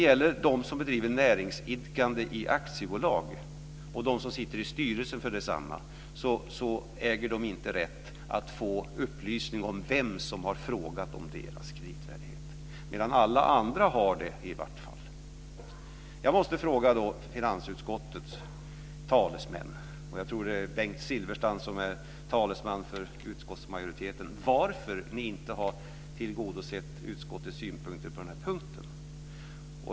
De som bedriver näringsidkande i aktiebolag och de som sitter i styrelserna för dessa äger inte rätt att få upplysning om vem som har frågat om deras kreditvärdighet, medan alla andra har det. Jag måste fråga finansutskottets talesmän - jag tror att det är Bengt Silfverstrand som är talesman för utskottsmajoriteten - varför ni inte har tillgodosett konstitutionsutskottets synpunkter på den här punkten.